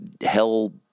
hell